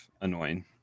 annoying